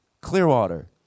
Clearwater